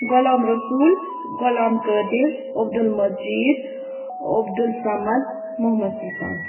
Ghulam Rasool Ghulam Qadir Abdul Majeed Abdul Samad Mohammad Sultan